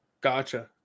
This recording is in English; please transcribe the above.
Gotcha